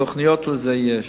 תוכניות לזה יש.